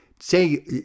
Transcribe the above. say